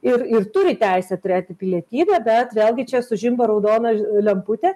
ir ir turi teisę turėti pilietybę bet vėlgi čia sužimba raudona lemputė